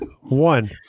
One